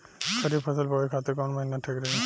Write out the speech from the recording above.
खरिफ फसल बोए खातिर कवन महीना ठीक रही?